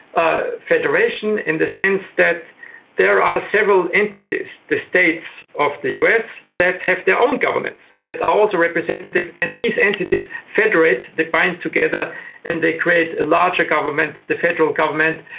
a federation in the sense that there are several entities, the states of the us, that have their own governments, that are also representative, and these entities federate, they bind together and they create a larger government, the federal government.